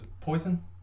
poison